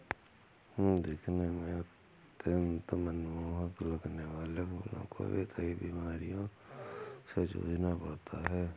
दिखने में अत्यंत मनमोहक लगने वाले फूलों को भी कई बीमारियों से जूझना पड़ता है